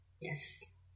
Yes